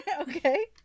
okay